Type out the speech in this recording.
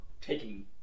taking